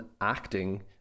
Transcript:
acting